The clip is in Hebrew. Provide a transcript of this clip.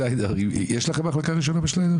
יש לכם מחלקה ראשונה בשניידר?